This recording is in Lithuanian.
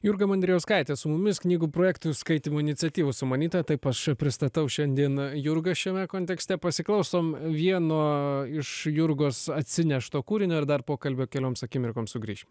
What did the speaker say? jurga mandrijauskaitė su mumis knygų projektų skaitymo iniciatyvų sumanytoja taip aš pristatau šiandien jurgą šiame kontekste pasiklausom vieno iš jurgos atsinešto kūrinio ir dar pokalbio kelioms akimirkoms sugrįšim